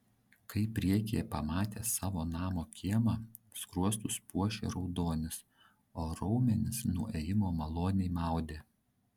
kai priekyje pamatė savo namo kiemą skruostus puošė raudonis o raumenis nuo ėjimo maloniai maudė